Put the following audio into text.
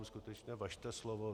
Skutečně, važte slova.